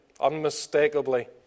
unmistakably